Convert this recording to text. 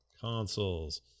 Consoles